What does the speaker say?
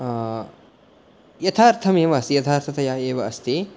यथार्थमेव अस् यथार्थतया एव अस्ति